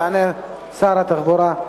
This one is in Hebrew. יענה שר התחבורה,